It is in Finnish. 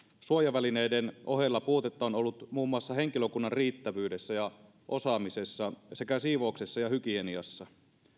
suojavälineiden ohella puutetta on ollut muun muassa henkilökunnan riittävyydessä ja osaamisessa sekä siivouksessa ja hygieniassa